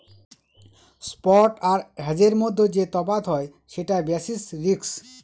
spot আর হেজের মধ্যে যে তফাৎ হয় সেটা বেসিস রিস্ক